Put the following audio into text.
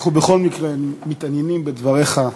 אנחנו בכל מקרה מתעניינים בדבריך.